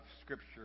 Scripture